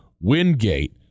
Wingate